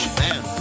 man